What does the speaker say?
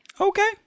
Okay